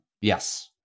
Yes